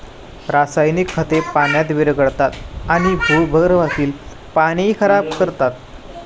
रासायनिक खते पाण्यात विरघळतात आणि भूगर्भातील पाणीही खराब करतात